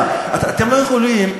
אתם לא יכולים,